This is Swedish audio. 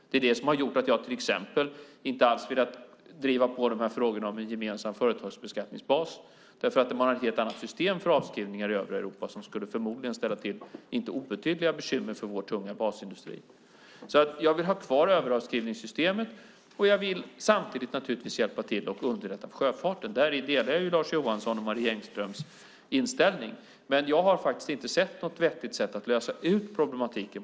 Det har gjort att jag till exempel inte har velat driva på frågorna om en gemensam företagsbeskattningsbas. I övriga Europa har man nämligen ett helt annat system för avskrivningar som förmodligen skulle ställa till inte obetydliga bekymmer för vår tunga basindustri. Jag vill alltså ha kvar överavskrivningssystemen, och jag vill samtidigt givetvis hjälpa till att underlätta för sjöfarten. Där delar jag Lars Johanssons och Marie Engströms inställning. Jag har dock inte sett något vettigt förslag till lösning av denna problematik.